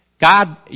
God